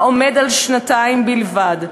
שהוא שנתיים בלבד.